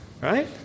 Right